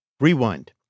rewind